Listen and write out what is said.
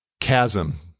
chasm